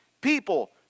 people